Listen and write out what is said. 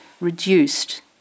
reduced